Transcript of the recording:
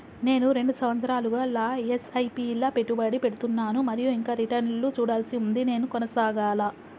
నేను రెండు సంవత్సరాలుగా ల ఎస్.ఐ.పి లా పెట్టుబడి పెడుతున్నాను మరియు ఇంకా రిటర్న్ లు చూడాల్సి ఉంది నేను కొనసాగాలా?